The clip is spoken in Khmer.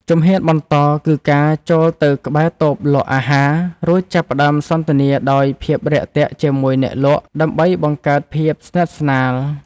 ជំហានបន្ត គឺការចូលទៅក្បែរតូបលក់អាហារ រួចចាប់ផ្ដើមសន្ទនាដោយភាពរាក់ទាក់ជាមួយអ្នកលក់ ដើម្បីបង្កើតភាពស្និទ្ធស្នាល។